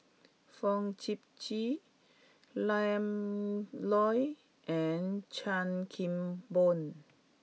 Fong Sip Chee Ian Loy and Chan Kim Boon